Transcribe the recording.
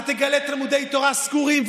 אתה תגלה תלמודי תורה סגורים,